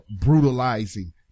brutalizing